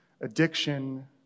addiction